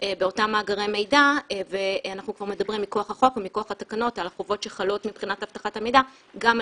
ולמעשה ממקמות את אותם מאגרי מידע כבר ברמת האבטחה הבינונית ובזה לא